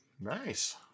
nice